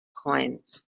coins